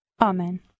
Amen